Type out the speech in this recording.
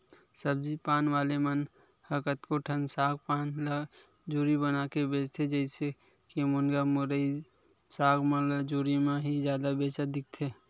सब्जी पान वाले मन ह कतको ठन साग पान ल जुरी बनाके बेंचथे, जइसे के मुनगा, मुरई, साग मन ल जुरी म ही जादा बेंचत दिखथे